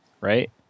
right